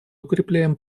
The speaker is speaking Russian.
укрепляем